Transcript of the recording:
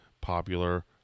popular